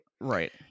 Right